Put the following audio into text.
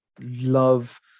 love